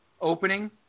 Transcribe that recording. opening